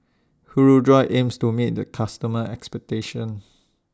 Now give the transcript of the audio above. Hirudoid aims to meet its customers' expectations